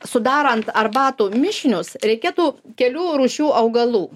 sudarant arbatų mišinius reikėtų kelių rūšių augalų